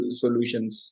solutions